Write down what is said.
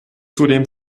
zudem